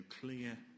clear